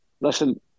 listen